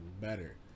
better